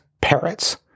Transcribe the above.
parrots